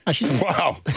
Wow